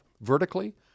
Vertically